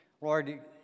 Lord